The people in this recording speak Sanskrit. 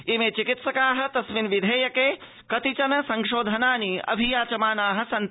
इमे चिकित्सकाः तस्मिन् विधेयके कतिचन संशोधनानि अभियाचमानाः आसन्